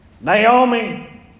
Naomi